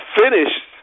finished